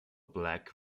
black